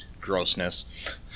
grossness